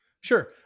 Sure